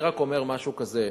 אני רק אומר משהו כזה,